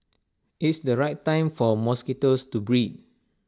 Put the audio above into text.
it's the right time for mosquitoes to breed